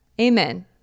Amen